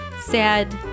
sad